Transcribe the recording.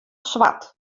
swart